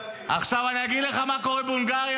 --- עכשיו, אגיד לך מה קורה בהונגריה.